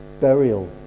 burial